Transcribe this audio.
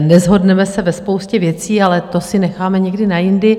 Neshodneme se ve spoustě věcí, ale to si necháme na někdy jindy.